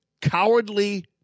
cowardly